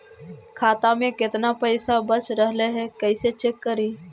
खाता में केतना पैसा बच रहले हे कैसे चेक करी?